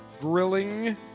grilling